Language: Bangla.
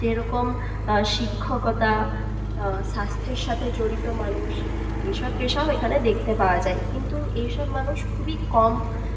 যেরকম শিক্ষকতা স্বাস্থ্যের সাথে জড়িত মানুষ এইসব পেশাও এখানে দেখতে পাওয়া যায় কিন্তু এইসব মানুষ খুবই কম